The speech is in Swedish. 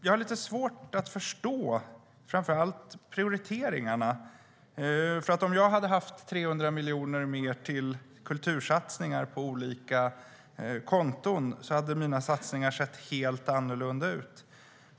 Jag har lite svårt att förstå framför allt prioriteringarna. Om jag hade haft 300 miljoner mer till kultursatsningar på olika konton hade mina satsningar sett helt annorlunda ut.